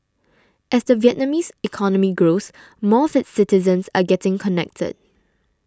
as the Vietnamese economy grows more of its citizens are getting connected